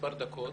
מספר דקות.